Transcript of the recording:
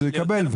הוא יקבל.